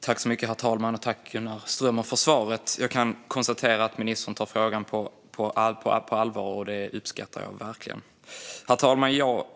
Herr talman! Jag tackar Gunnar Strömmer för svaret. Jag kan konstatera att ministern tar frågan på allvar, och det uppskattar jag verkligen. Herr talman!